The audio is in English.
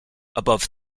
above